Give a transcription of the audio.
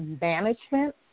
management